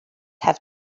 have